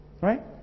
right